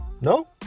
No